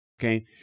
Okay